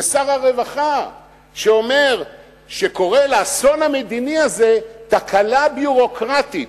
ושר הרווחה שקורא לאסון המדיני הזה "תקלה ביורוקרטית".